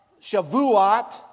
Shavuot